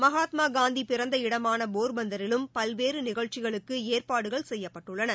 மகாத்மா காந்தி பிறந்த இடமான போர்பந்தரிலும் பல்வேறு நிகழ்ச்சிகளுக்கு ஏற்பாடுகள் செய்யப்பட்டுள்ளன